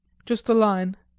just a line.